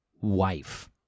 wife